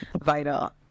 vital